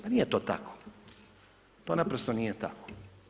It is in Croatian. Pa nije to tako, to naprosto nije tako.